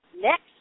Next